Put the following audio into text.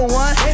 one